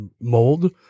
mold